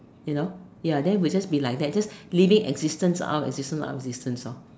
you know ya then it'll just be like that just living existence out of existence out of existence orh